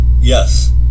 Yes